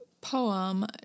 poem